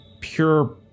pure